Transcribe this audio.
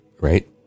right